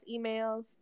emails